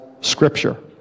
scripture